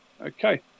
Okay